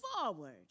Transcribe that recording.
forward